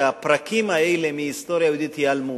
שהפרקים האלה בהיסטוריה היהודית ייעלמו.